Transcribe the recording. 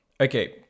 Okay